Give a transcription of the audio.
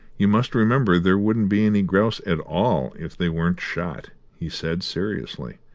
you must remember there wouldn't be any grouse at all if they weren't shot, he said seriously,